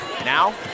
Now